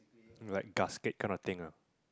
like gasket kind of thing ah